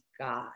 God